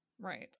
right